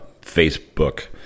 Facebook